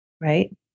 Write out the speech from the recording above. right